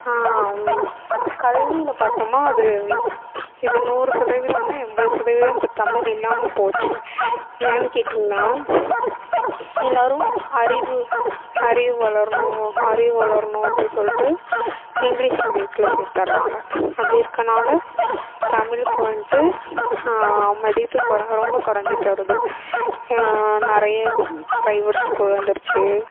கல்வியில் பாத்தோம்னா அது இப்போ நூறு சதவீதம்னா எண்பது சதவீதம் இப்போ தமிழ் இல்லாமல் போச்சு ஏன் கேட்டீங்கன்னா எல்லோரும் அறிவு அறிவு வளரணும் அறிவு வளரணும் அப்படி சொல்லிட்டு இங்கிலீஷ் மீடியத்தில் சேத்தடுறாங்க அப்படி இருக்கனால தமிழுக்கு வந்துட்டு மதிப்பு கொறை ரொம்ப கொறைஞ்சுட்டு வருது ஏ நிறைய ப்ரைவேட் ஸ்கூல் வந்துடுச்சு